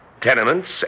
Tenements